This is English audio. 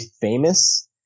famous